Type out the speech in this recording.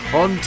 on